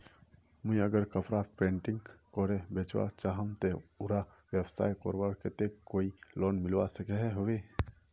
मुई अगर कपड़ा पेंटिंग करे बेचवा चाहम ते उडा व्यवसाय करवार केते कोई लोन मिलवा सकोहो होबे?